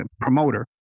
promoter